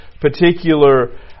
particular